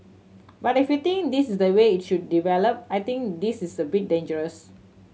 but if you think this is the way it should develop I think this is a bit dangerous